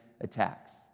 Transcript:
attacks